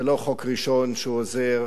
זה לא החוק הראשון שהוא עוזר